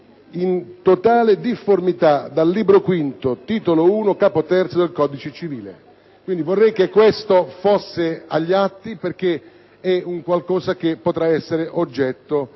in totale difformità dal Libro V, Titolo 1, Capo terzo, del codice civile. Vorrei che questo rimanesse agli atti, perché è qualcosa che potrà essere oggetto